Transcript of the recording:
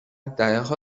دههها